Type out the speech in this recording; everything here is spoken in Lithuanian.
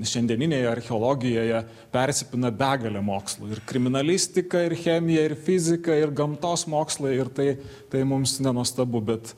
šiandieninėje archeologijoje persipina begalę mokslų ir kriminalistika ir chemija ir fizika ir gamtos mokslai ir tai tai mums nenuostabu bet